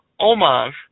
homage